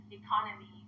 economy